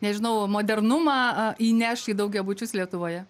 nežinau modernumą įneš į daugiabučius lietuvoje